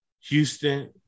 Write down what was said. Houston